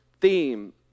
theme